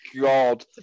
God